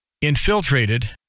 infiltrated